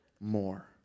more